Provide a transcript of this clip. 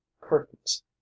curtains